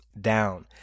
down